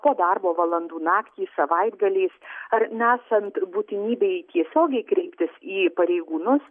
po darbo valandų naktį savaitgaliais ar nesant būtinybei tiesiogiai kreiptis į pareigūnus